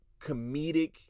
comedic